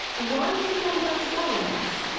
why has he gone back to galloway's?